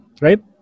right